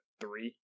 three